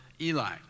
Eli